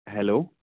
hello